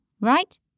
right